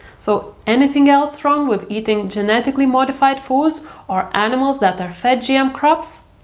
so, anything else wrong with eating genetically modified foods or animals that are fed gm crops?